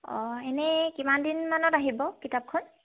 অঁ এনেই কিমান দিনমানত আহিব কিতাপখন